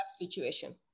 situation